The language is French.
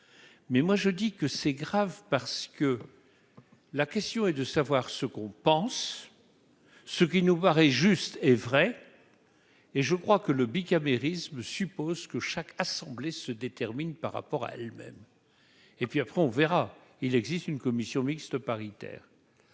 mais moi je dis que c'est grave parce que la question est de savoir ce qu'on pense, ce qui nous paraît juste et vrai et je crois que le bicamérisme suppose que chaque assemblée se détermine par rapport à elles-mêmes et puis après on verra, il existe une commission mixte paritaire